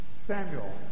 Samuel